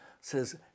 says